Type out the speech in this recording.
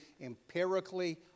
empirically